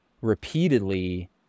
repeatedly